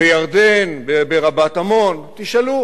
בירדן, ברבת-עמון, תשאלו